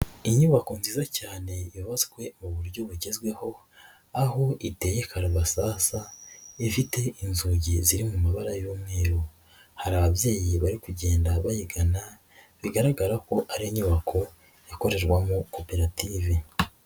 Inyubako nziza cyane yubatswe mu buryo bugezweho, aho iteye karabasasa ifite inzugi ziri mu mabara y'umweru, hari ababyeyi bari kugenda bayigana, bigaragara ko ari inyubako ikorerwamo koperative.